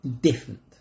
different